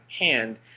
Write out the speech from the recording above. hand